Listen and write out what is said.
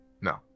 No